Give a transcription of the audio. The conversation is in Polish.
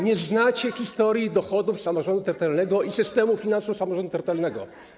Nie znacie historii dochodów samorządu terytorialnego i systemu finansów samorządu terytorialnego.